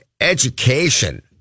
education